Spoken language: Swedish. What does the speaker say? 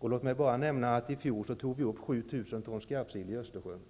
Låt mig bara nämna att vi i fjol tog upp 7 000 ton skarpsill i Östersjön.